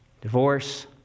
divorce